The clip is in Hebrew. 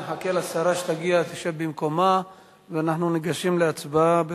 נחכה לשרה שתגיע למקומה ואנחנו ניגשים להצבעה.